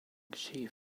chief